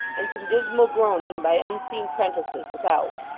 and some dismal groaning by unseen prentices without.